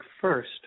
first